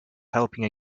helping